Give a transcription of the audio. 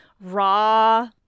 raw